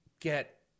get